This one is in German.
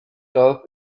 dorf